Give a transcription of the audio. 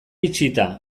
itxita